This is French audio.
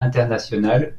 international